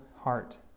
heart